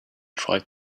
tried